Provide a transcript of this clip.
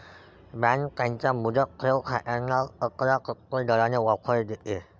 bank त्यांच्या मुदत ठेव खात्यांना अकरा टक्के दराने ऑफर देते